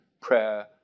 prayer